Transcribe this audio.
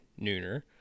nooner